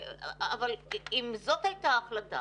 אבל אם זאת הייתה ההחלטה